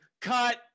cut